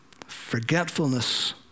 Forgetfulness